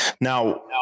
now